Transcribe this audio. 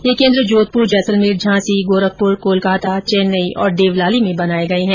ये केंद्र जोधपुर जैसलमेर झांसी गोरखपुर कोलकाता चेन्नई और देवलाली में बनाए गए हैं